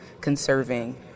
conserving